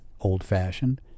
old-fashioned